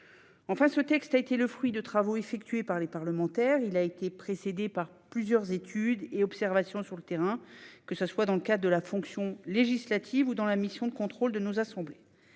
Enfin, ce texte est le fruit de travaux effectués par les parlementaires. Il a été précédé par plusieurs études et observations faites sur le terrain, dans le cadre tant de la fonction législative que de la mission de contrôle de nos assemblées.